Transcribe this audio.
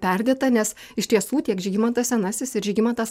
perdėta nes iš tiesų tiek žygimantas senasis ir žygimantas